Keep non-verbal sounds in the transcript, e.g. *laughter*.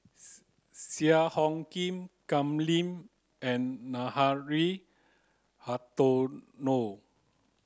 *unintelligible* Cheang Hong Lim Kam Ning and Nathan Hartono